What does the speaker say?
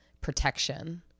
protection